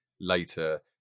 later